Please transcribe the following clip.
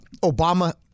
Obama